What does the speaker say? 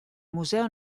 museo